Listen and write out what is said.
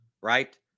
right